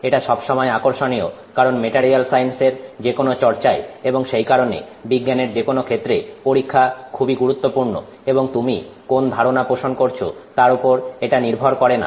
এটা সব সময় আকর্ষণীয় কারণ মেটারিয়াল সায়েন্স এর যেকোনো চর্চায় এবং সেই কারণে বিজ্ঞানের যেকোনো ক্ষেত্রে পরীক্ষা খুবই গুরুত্বপূর্ণ এবং তুমি কোন ধারনা পোষন করেছো তার উপর এটা নির্ভর করে না